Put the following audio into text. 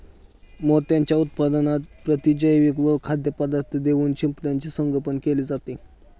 मोत्यांच्या उत्पादनात प्रतिजैविके व खाद्यपदार्थ देऊन शिंपल्याचे संगोपन केले जाते